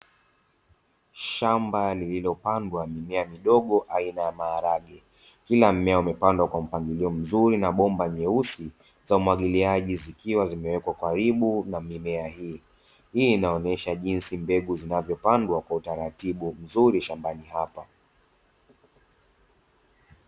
Shamba lililopandwa mimea midogo aina ya maharage, kila mmea umepandwa kwa mpangilio mzuri na bomba nyeusi za umwagiliaji zikiwa zimewekwa karibu na mimea hii, inaonyesha jinsi mbegu zinavyopandwa kwa utaratibu mzuri shambani hapa.